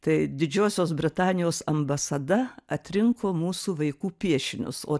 tai didžiosios britanijos ambasada atrinko mūsų vaikų piešinius o